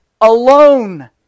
alone